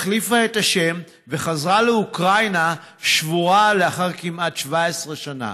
החליפה את השם וחזרה לאוקראינה שבורה לאחר כמעט 17 שנה.